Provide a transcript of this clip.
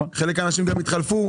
חלק מהאנשים התחלפו,